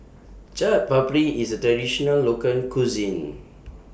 Chaat Papri IS A Traditional Local Cuisine